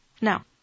Now